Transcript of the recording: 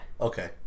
Okay